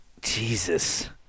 Jesus